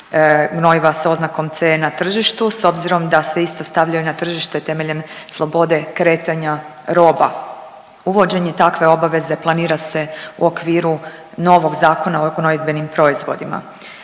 gnojiva sa oznakom CE na tržištu s obzirom da se ista stavljaju na tržište temeljem slobode kretanja robe. Uvođenje takve obaveze planira se u okviru novog Zakona o gnojidbenim proizvodima.